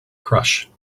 crush